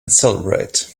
celebrate